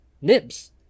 nibs